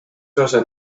osa